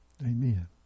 Amen